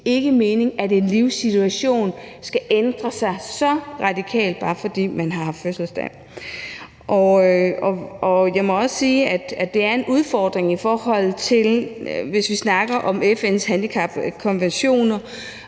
ikke mening, at en livssituation skal ændre sig så radikalt, bare fordi man har haft fødselsdag. Jeg må også sige, at det er en udfordring at leve op til de bestemmelser, der er i FN's handicapkonventioner,